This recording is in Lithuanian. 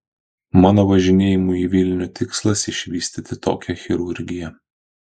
mano važinėjimų į vilnių tikslas išvystyti tokią chirurgiją